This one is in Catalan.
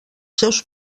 seus